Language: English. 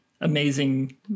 amazing